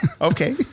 Okay